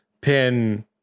pin